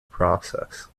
process